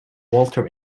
walter